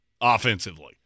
offensively